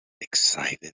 excited